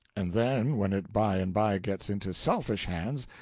and then when it by and by gets into selfish hands,